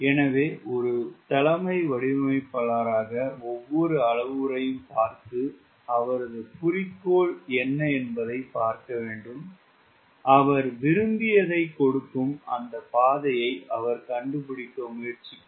எனவே ஒரு தலைமை வடிவமைப்பாளராக ஒவ்வொரு அளவுருவையும் பார்த்து அவரது குறிக்கோள் என்ன என்பதைப் பார்க்க வேண்டும் அவர் விரும்பியதைக் கொடுக்கும் அந்த பாதையை அவர் கண்டுபிடிக்க முயற்சிக்கிறார்